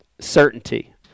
certainty